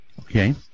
Okay